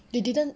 they didn't